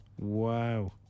Wow